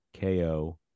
KO